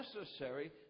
necessary